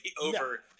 over